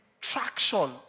traction